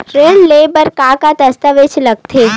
ऋण ले बर का का दस्तावेज लगथे?